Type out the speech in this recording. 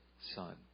son